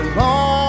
long